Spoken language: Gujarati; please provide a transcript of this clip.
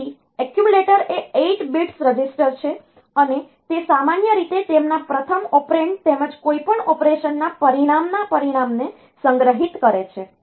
તેથી એક્યુમ્યુલેટર એ 8 bits રજીસ્ટર છે અને તે સામાન્ય રીતે તેમના પ્રથમ ઓપરેન્ડ તેમજ કોઈપણ ઓપરેશનના પરિણામના પરિણામને સંગ્રહિત કરે છે